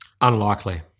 Unlikely